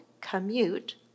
Commute